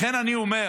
לכן אני אומר: